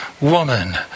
woman